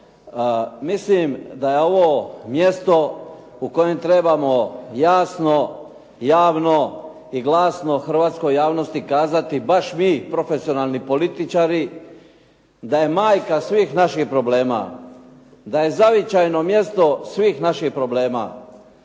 Mislim da je ovo mjesto u kojem trebamo jasno, javno i glasno hrvatskoj javnosti kazati baš mi profesionalni političari da je majka svih naših problema, da je zavičajno mjesto svih naših problema,